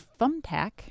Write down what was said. Thumbtack